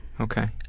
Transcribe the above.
Okay